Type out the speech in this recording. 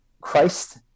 Christ